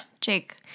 Jake